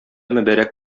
мөбарәк